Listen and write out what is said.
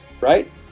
right